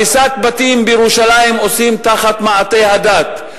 הריסת בתים בירושלים עושים תחת מעטה הדת.